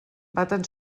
baten